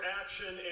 action